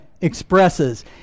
expresses